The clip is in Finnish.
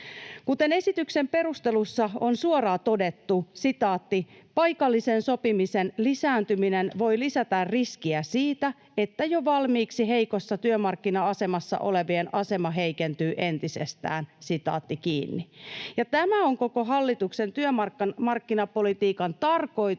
Kuten esityksen perusteluissa on suoraan todettu, ”paikallisen sopimisen lisääntyminen voi lisätä riskiä siitä, että jo valmiiksi heikossa työmarkkina-asemassa olevien asema heikentyy entisestään”. Tämä on koko hallituksen työmarkkinapolitiikan tarkoitus